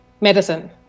medicine